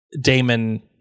Damon